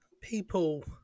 people